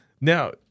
Now